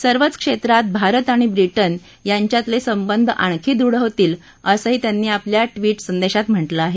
सर्वच क्षेत्रात भारत आणि ब्रिटन यांच्यातील संबंध आणखी दृढ होतील असंही त्यांनी आपल्या स्वीट संदेशात म्हटलं आहे